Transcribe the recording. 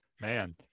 man